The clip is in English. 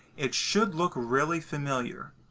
it should look really familiar.